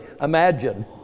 imagine